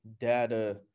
data